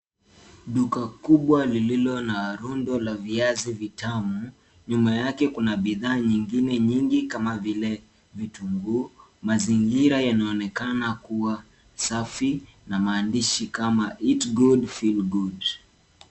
Duka kubwa lililo na rundo la viazi vitamu. Nyuma yake kuna bidhaa nyingine nyingi kama vile vitunguu. Mazingira yanaonekana kuwa safi na maandishi kama Eat Good, Feel Good .